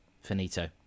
Finito